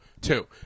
Two